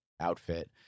outfit